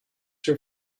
your